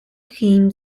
him